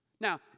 Now